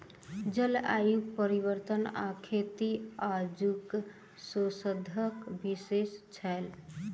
जलवायु परिवर्तन आ खेती आजुक शोधक विषय अछि